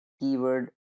keyword